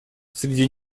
среди